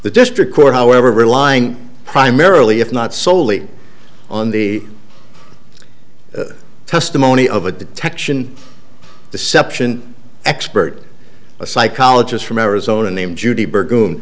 the district court however relying primarily if not soley on the testimony of a detection deception expert a psychologist from arizona named judy b